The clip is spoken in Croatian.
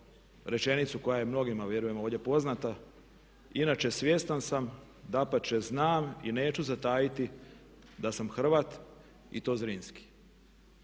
rečenicu koja je mnogima vjerujem ovdje poznata. Inače, svjestan sam dapače znam i neću zatajiti da sam Hrvat i to Zrinski.